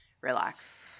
relax